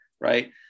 Right